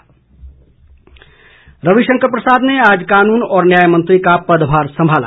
पदभार रविशंकर प्रसाद ने आज कानून और न्याय मंत्री का पदभार संभाला